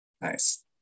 nice